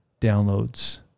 downloads